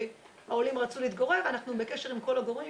שהעולים רצו להתגורר ואנחנו בקשר עם כל הגורמים,